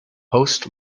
host